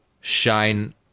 shine